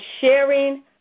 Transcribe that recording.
sharing